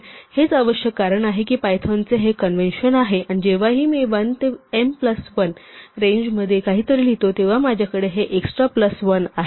तर हेच आवश्यक कारण आहे की पायथॉनचे हे कन्व्हेशन आहे की जेव्हाही मी 1 ते m प्लस 1 च्या रेंज मध्ये काहीतरी लिहितो तेव्हा माझ्याकडे हे एक्सट्रा प्लस 1 आहे